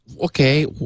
okay